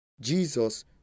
Jesus